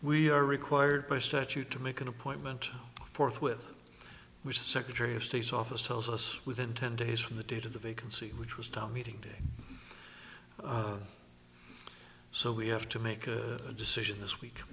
we are required by statute to make an appointment forthwith which the secretary of state's office tells us within ten days from the date of the vacancy which was town meeting today so we have to make a decision this week